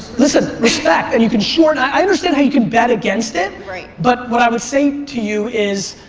listen, respect and you can short. i understand how you can bet against it right. but what i would say to you is,